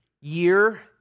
year